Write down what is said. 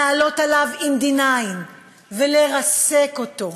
לעלות עליו עם 9D ולרסק אותו.